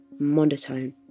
monotone